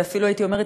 ואפילו הייתי אומרת,